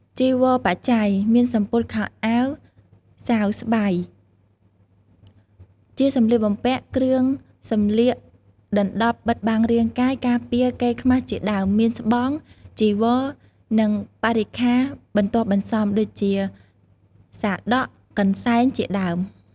ចីវរបច្ច័យ មានសំពត់ខោអាវសាវស្បៃ ជាសម្លៀកបំពាក់ គ្រឿងសម្លៀកដណ្ដប់បិទបាំងរាងកាយ ការពារ កេរ្តិ៍ខ្មាស់ជាដើម មានស្បង់ ចីវរ និងបរិក្ខាបន្ទាប់បន្សំ ដូចជា សាដក កន្សែង ជាដើម។